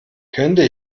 könnte